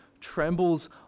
trembles